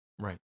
Right